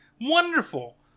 Wonderful